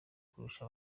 kurusha